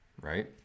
right